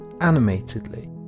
animatedly